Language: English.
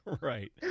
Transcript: right